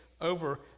over